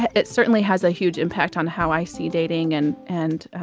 it certainly has a huge impact on how i see dating and and